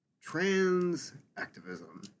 trans-activism